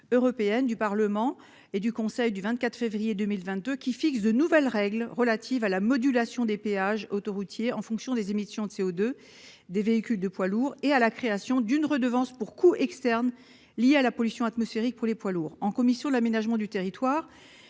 Européenne, du Parlement et du Conseil du 24 février 2022 qui fixe de nouvelles règles relatives à la modulation des péages autoroutiers en fonction des émissions de CO2 des véhicules de poids lourds et à la création d'une redevance pour coûts externes liés à la pollution atmosphérique pour les poids lourds en commission de l'aménagement du territoire